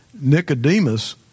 Nicodemus